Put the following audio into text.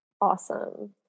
Awesome